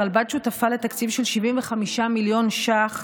הרלב"ד שותפה לתקציב של 75 מיליון ש"ח